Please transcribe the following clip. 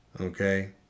Okay